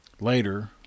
later